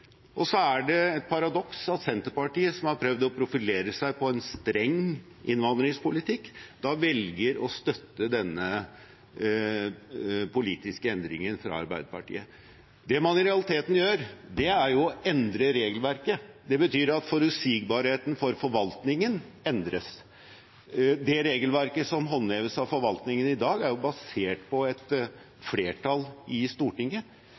Og det er et paradoks at Senterpartiet, som har prøvd å profilere seg på en streng innvandringspolitikk, velger å støtte denne politiske endringen fra Arbeiderpartiet. Det man i realiteten gjør, er å endre regelverket. Det betyr at forutsigbarheten for forvaltningen endres. Det regelverket som håndheves av forvaltningen i dag, er jo basert på et flertall i Stortinget.